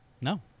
No